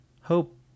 Hope